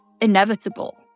inevitable